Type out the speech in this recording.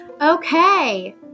Okay